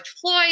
Floyd